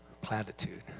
platitude